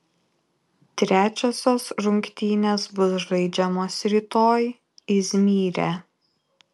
trečiosios rungtynės bus žaidžiamos rytoj izmyre